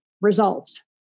result